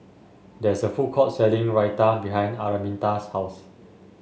there is a food court selling Raita behind Araminta's house